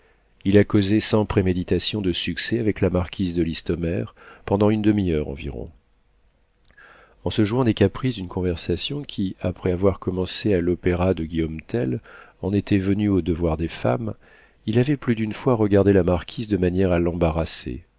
il a causé sans préméditation de succès avec la marquise de listomère pendant une demi-heure environ en se jouant des caprices d'une conversation qui après avoir commencé à l'opéra de guillaume tell en était venue aux devoirs des femmes il avait plus d'une fois regardé la marquise de manière à l'embarrasser